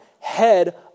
head